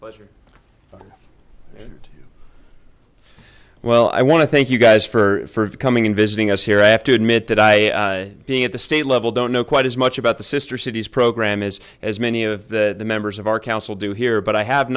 pleasure and well i want to thank you guys for coming in visiting us here i have to admit that i being at the state level don't know quite as much about the sister cities program as as many of the members of our council do here but i have